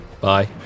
bye